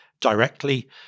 directly